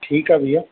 ठीकु आहे भैया